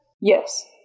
Yes